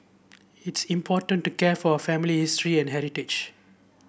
it's important to care for our family history and heritage